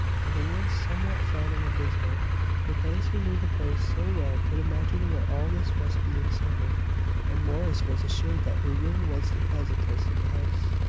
and the woods somewhat frowning and dismal but those who knew the place so well could imagine what all this must be in summer and morris was assured that her room was the pleasantest in the house.